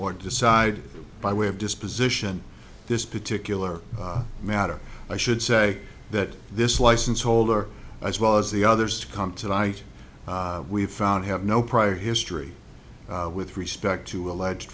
or decide by way of disposition this particular matter i should say that this license holder as well as the others to come to light we've found have no prior history with respect to alleged